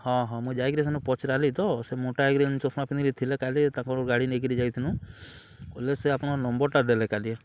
ହଁ ହଁ ମୁଁ ଯାଇକିରି ସେନ ପଚ୍ରାଲି ତ ସେ ମୋଟା ହେଇକରି ଚଷ୍ମା ପିନ୍ଧିକରି ଥିଲେ କାଲି ତାଙ୍କର୍ ଗାଡ଼ି ନେଇକିରି ଯାଇଥିଲୁଁ ସେ ଆପଣ୍ଙ୍କର୍ ନମ୍ବର୍ଟା ଦେଲେ କାଲି